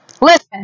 listen